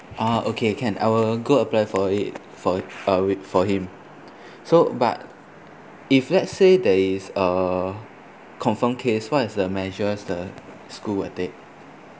ah okay can I will go apply for it for uh I'll for him so but if let's say there is uh confirm case what's the measures the school will take